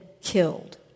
killed